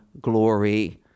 glory